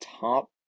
top